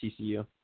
TCU